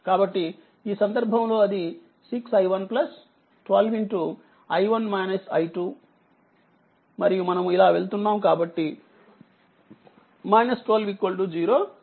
కాబట్టిఈ సందర్భంలో అది6 i1 12 మరియు మనము ఇలా వెళ్తున్నాము కాబట్టి 12 0 అవుతుంది